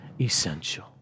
essential